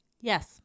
Yes